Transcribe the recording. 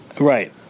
Right